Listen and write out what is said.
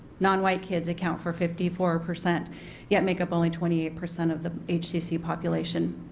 nonwhite kids account for fifty four percent yet make up only twenty eight percent of the hcc population.